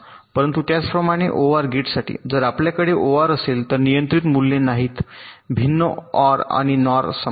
परंतु त्याचप्रमाणे ओआर गेटसाठी जर आपल्याकडे ओआर असेल तर नियंत्रित मूल्ये नाहीत भिन्न OR आणि NOR समान